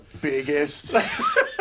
biggest